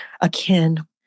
akin